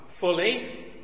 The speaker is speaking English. fully